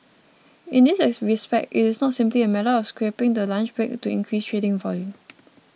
in this respect it is not simply a matter of scrapping the lunch break to increase trading volume